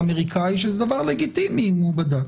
האמריקני שזה דבר לגיטימי עם הוא בדק